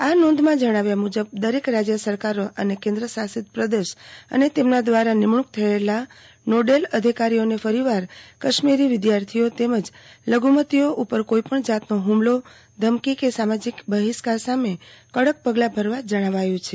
આ નોંધમાં જણાવ્યા મુજબ દરેક રાજય સરકારો અને કેન્દ્ર શાસિત પ્રદેશ અને તેમના ધ્વારા નિમણુંક થયેલા નોડલ અધિકારીઓને ફરીવાર કશ્મીરી વિદ્યાથીઓ તેમજ લધુમતીઓ ઉપર કોઈપણ જાતનો ફમલો ધમકી કે સામાજીક બફિષ્કાર સામે કડક પગલા ભરવા જણાવાયુ છે